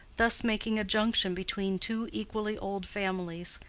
thus making a junction between two equally old families,